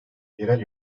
yerel